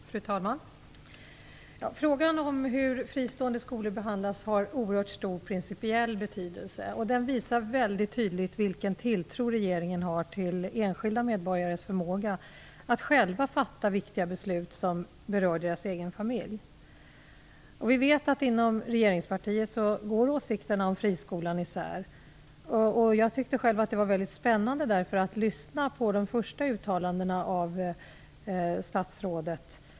Fru talman! Frågan om hur fristående skolor behandlas har oerhört stor principiell betydelse. Den visar väldigt tydligt vilken tilltro regeringen har till enskilda medborgares förmåga att själva fatta viktiga beslut som berör de egna familjerna. Vi vet att åsikterna om friskolan går isär inom regeringspartiet. Därför var det väldigt spännande att lyssna på de första uttalandena av statsrådet.